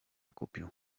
kupił